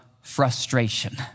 frustration